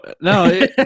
no